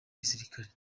gisirikare